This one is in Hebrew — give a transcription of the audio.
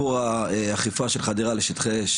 דיברת על נושא הקרטלים,